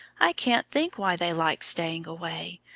i can't think why they like staying away.